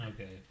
Okay